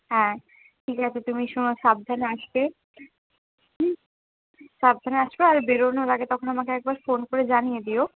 হ্যাঁ ঠিক আছে তুমি শোনো সাবধানে আসবে সাবধানে আসবে আর বেরোনোর আগে তখন একবার আমাকে ফোন করে জানিয়ে দিও